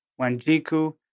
Wanjiku